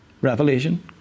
Revelation